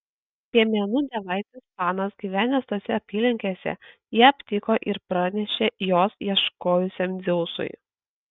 piemenų dievaitis panas gyvenęs tose apylinkėse ją aptiko ir pranešė jos ieškojusiam dzeusui